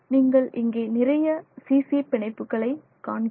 நீங்கள் இங்கே நிறைய CC பிணைப்புகளை காண்கிறீர்கள்